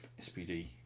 SPD